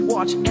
Watch